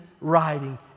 writing